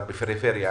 בפריפריה,